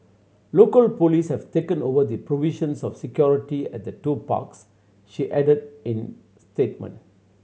local police have taken over the provisions of security at the two parks she added in statement